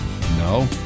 No